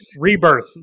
Rebirth